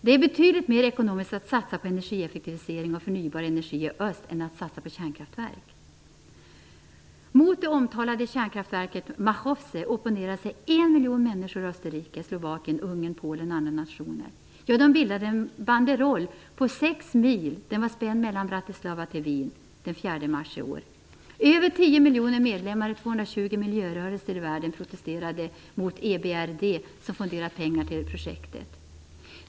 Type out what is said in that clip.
Det är betydligt mer ekonomiskt att satsa på energieffektivisering och förnybar energi än att satsa på kärnkraftverk. Mot det omtalade kärnkraftverket Mochovce opponerade sig 1 miljon människor i Österrike, Slovakien, Ungern, Polen och andra nationer. De spände en banderoll på 6 mil mellan Bratislava och Wien den 4 mars i år. Över 10 miljoner medlemmar i 220 miljörörelser i världen protesterade mot EBRD som fonderat pengar till projektet.